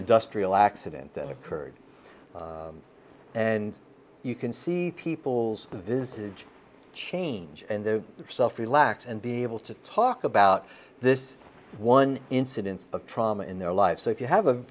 industrial accident that occurred and you can see people's visage change and their self relax and be able to talk about this one incidence of trauma in their life so if you have a